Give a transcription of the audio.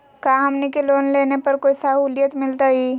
का हमनी के लोन लेने पर कोई साहुलियत मिलतइ?